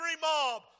mob